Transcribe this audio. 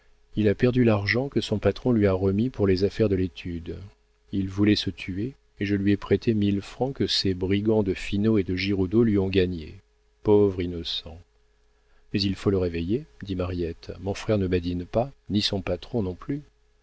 il a perdu l'argent que son patron lui a remis pour les affaires de l'étude il voulait se tuer et je lui ai prêté mille francs que ces brigands de finot et de giroudeau lui ont gagnés pauvre innocent mais il faut le réveiller dit mariette mon frère ne badine pas ni son patron non plus